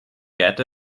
get